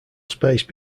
space